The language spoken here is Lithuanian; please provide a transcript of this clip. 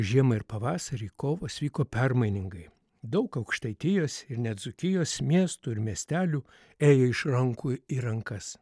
žiemą ir pavasarį kovos vyko permainingai daug aukštaitijos ir net dzūkijos miestų ir miestelių ėjo iš rankų į rankas